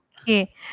Okay